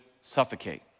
suffocate